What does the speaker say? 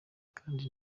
kandi